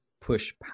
push